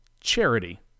Charity